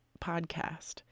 podcast